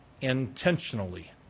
intentionally